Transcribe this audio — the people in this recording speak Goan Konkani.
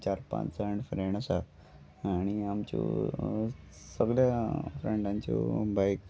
चार पांच जाण फ्रँड आसा आनी आमच्यो सगळ्या फ्रँडांच्यो बायक